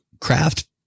craft